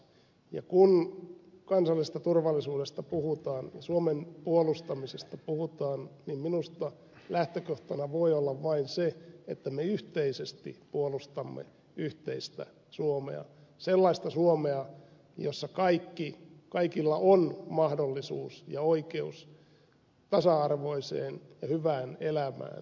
ja kun kansallisesta turvallisuudesta puhutaan suomen puolustamisesta puhutaan niin minusta lähtökohtana voi olla vain se että me yhteisesti puolustamme yhteistä suomea sellaista suomea jossa kaikilla on mahdollisuus ja oikeus tasa arvoiseen ja hyvään elämään